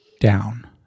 down